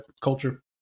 culture